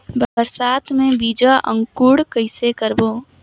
बरसात मे बीजा अंकुरण कइसे करबो?